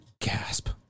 gasp